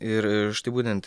ir štai būtent